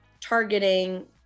targeting